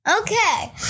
Okay